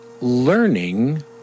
learning